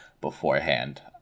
beforehand